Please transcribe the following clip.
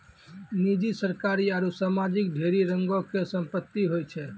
निजी, सरकारी आरु समाजिक ढेरी रंगो के संपत्ति होय छै